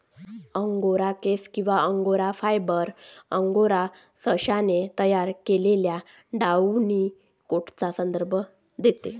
angora केस किंवा angora fibre, angora सशाने तयार केलेल्या डाउनी कोटचा संदर्भ देते